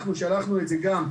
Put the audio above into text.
אנחנו שלחנו את זה גם,